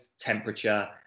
temperature